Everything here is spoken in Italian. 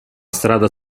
strada